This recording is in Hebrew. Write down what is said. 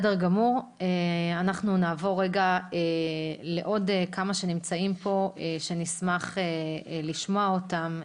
אנחנו נעבור רגע לעוד כמה שנמצאים פה שנשמח לשמוע אותם.